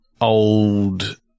old